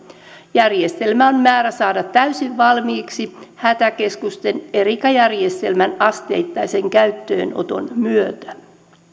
järjestelmä on määrä saada täysin valmiiksi hätäkeskusten erica järjestelmän asteittaisen käyttöönoton myötä